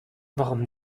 warum